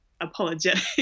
apologetic